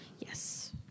Yes